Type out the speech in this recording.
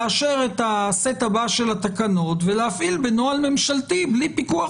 לאשר את הסט הבא של התקנות ולהפעיל בנוהל ממשלתי בלי פיקוח